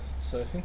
surfing